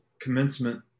commencement